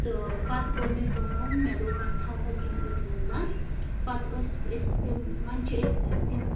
تہٕ پَتہٕ کٔر مےٚ کٲم مےٚ دوٚپ وۄنۍ تھاوہوکھ یِم أتھۍ منٛز پَتہٕ ٲسۍ أسۍ تِم وۄنۍ چھِ أسۍ ٲں تِم